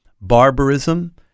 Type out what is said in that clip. barbarism